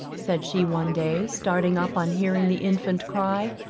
said she one day, starting up on hearing the infant cry,